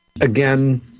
again